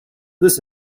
this